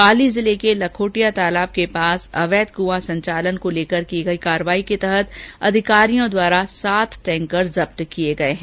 पाली जिले के लखोटिया तलाब के पास अवैध कुआं संचालन को लेकर की गई कार्यवाही के तहत अधिकारियों द्वारा सात टैंकर जब्त किए गए हैं